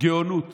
הגאונות